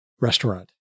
restaurant